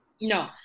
no